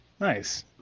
Nice